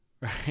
right